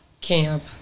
Camp